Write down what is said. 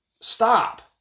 Stop